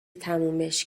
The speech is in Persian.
تمومش